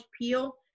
peel